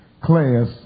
class